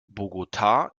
bogotá